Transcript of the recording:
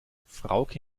frauke